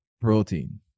protein